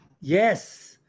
Yes